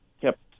kept